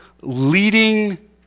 leading